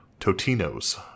Totinos